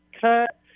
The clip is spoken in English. cut